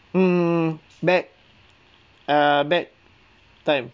mm back err back time